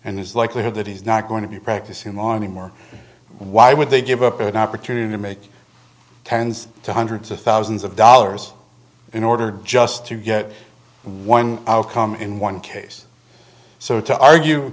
and his likelihood that he's not going to be practicing law any more why would they give up an opportunity to make tens to hundreds of thousands of dollars in order just to get one outcome in one case so to argue